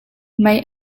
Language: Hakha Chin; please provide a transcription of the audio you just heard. mei